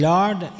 Lord